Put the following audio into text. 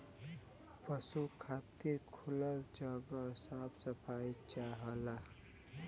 पसु खातिर खुलल जगह साफ सफाई चाहला